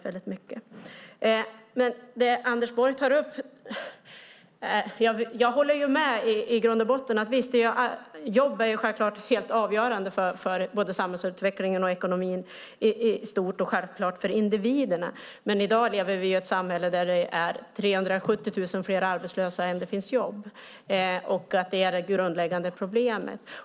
Beträffande det Anders Borg tar upp: Jag håller i grund och botten med om att jobb är helt avgörande för både samhällsutvecklingen och ekonomin i stort och självklart också för individerna. Men i dag lever vi i ett samhälle där det är 370 000 fler arbetslösa än antalet jobb, och det är det grundläggande problemet.